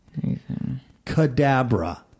Cadabra